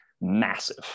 massive